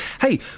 Hey